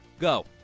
Go